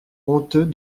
honteux